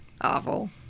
Awful